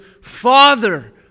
Father